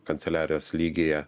kanceliarijos lygyje